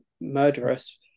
murderous